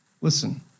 Listen